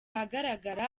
ahagaragara